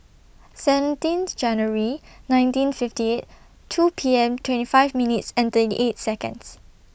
seventeenth January nineteen fifty eight two P M twenty five minutes and thirty eight Seconds